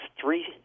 three